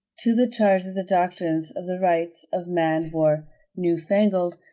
to the charge that the doctrines of the rights of man were new fangled,